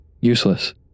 Useless